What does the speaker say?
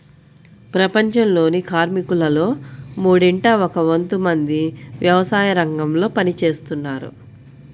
ప్రపంచంలోని కార్మికులలో మూడింట ఒక వంతు మంది వ్యవసాయరంగంలో పని చేస్తున్నారు